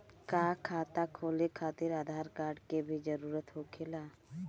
का खाता खोले खातिर आधार कार्ड के भी जरूरत होखेला?